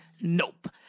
nope